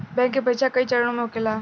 bank के परीक्षा कई चरणों में होखेला